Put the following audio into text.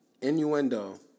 Innuendo